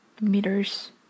meters